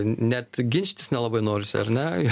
net ginčytis nelabai norisi ar ne